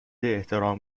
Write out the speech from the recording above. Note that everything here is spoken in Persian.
احترام